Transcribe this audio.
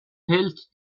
hält